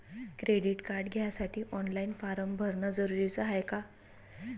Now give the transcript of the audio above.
Credit card घ्यासाठी online form भरन जरुरीच हाय का?